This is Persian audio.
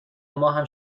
ماهم